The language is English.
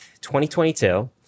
2022